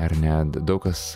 ar net daug kas